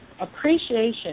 appreciation